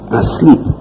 asleep